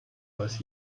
weiß